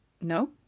No